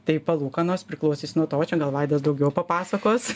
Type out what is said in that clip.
tai palūkanos priklausys nuo to čia gal vaidas daugiau papasakos